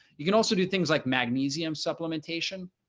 you can also do things like magnesium supplementation,